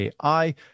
AI